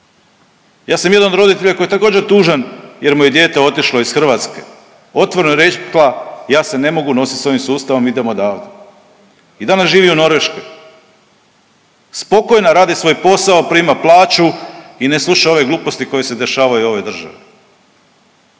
Ja sam jedan od roditelja koji je također, tužan jer mu je dijete otišlo iz Hrvatske. Otvoreno je rekla, ja se ne mogu nositi s ovim sustavom, idemo odavde i danas živi u Norveškoj. Spokojna, radi svoj posao, prima plaću i ne sluša ove gluposti koje se dešavaju u ovoj državi.